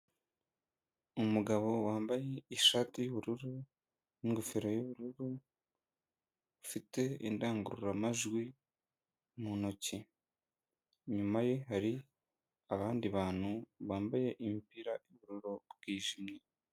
Umugabo wambaye ishati y'ubururu n'ingofero y'ubururu afite indangururamajwi mu ntoki. Inyuma ye hari abandi bantu bambaye impira y'ubururu bwijimye.